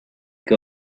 que